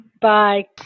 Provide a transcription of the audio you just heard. Bye